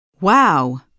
Wow